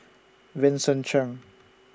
Vincent Cheng